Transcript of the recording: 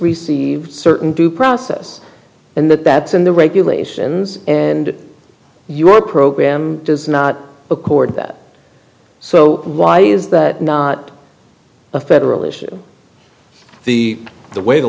receives certain due process and that that's in the regulations and your program does not accord that so why is that not a federal issue the the